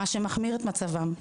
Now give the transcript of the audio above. וזה מחמיר את מצבם.